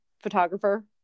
photographer